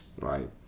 right